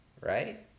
right